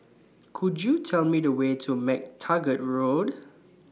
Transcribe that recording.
Could YOU Tell Me The Way to MacTaggart Road